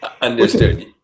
Understood